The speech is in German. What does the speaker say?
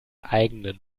eigenen